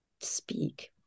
speak